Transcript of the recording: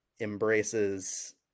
embraces